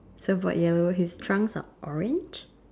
surfboard yellow his trunk are orange